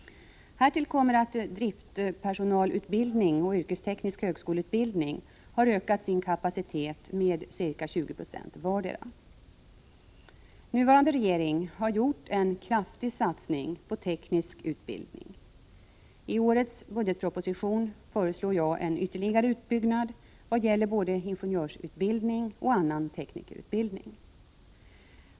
Härtill kommer att driftspersonalutbildning och yrkesteknisk högskoleutbildning har ökat sin kapacitet med ca 20 90 vardera. Nuvarande regering har gjort en kraftig satsning på teknisk utbildning. I årets budgetproposition föreslår jag en ytterligare utbyggnad vad gäller både ingenjörsutbildning och annan teknikerutbildning.